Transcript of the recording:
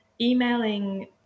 emailing